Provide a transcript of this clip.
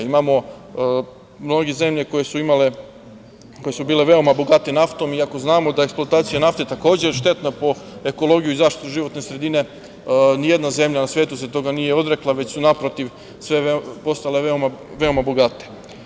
Imamo mnoge zemlje koje su bile veoma bogate naftom, i ako znamo da eksploatacija nafte takođe štetna po ekologiju i zaštitu životne sredine, nijedna zemlja na svetu toga se nije odrekla, već su naprotiv, sve postale veoma bogate.